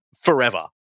forever